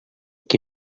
qui